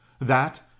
That